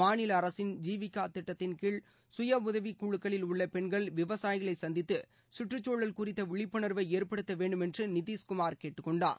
மாநில அரசின் ஜீவிகா திட்டத்தின்கீழ் சுயஉதவிக்குழுக்களில் உள்ள பெண்கள் விவசாயிகளை சந்தித்து கற்றச்சூழல் குறித்த விழிப்புணர்வை ஏற்படுத்த வேண்டும் என்று திரு நிதிஷ் குமார் கேட்டுக்கொண்டார்